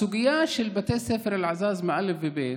הסוגיה של בתי הספר עלאזאזמה א' וב'